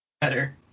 better